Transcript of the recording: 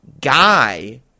guy